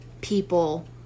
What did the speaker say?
people